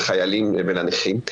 לחיילים ולנכים,